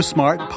Smart